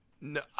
No